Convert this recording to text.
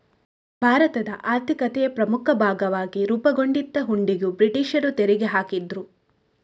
ಭಾರತದ ಆರ್ಥಿಕತೆಯ ಪ್ರಮುಖ ಭಾಗವಾಗಿ ರೂಪುಗೊಂಡಿದ್ದ ಹುಂಡಿಗೂ ಬ್ರಿಟೀಷರು ತೆರಿಗೆ ಹಾಕಿದ್ರು